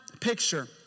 picture